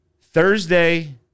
Thursday